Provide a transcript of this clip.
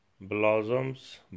blossoms